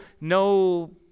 no